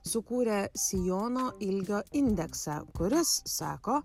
sukūrė sijono ilgio indeksą kuris sako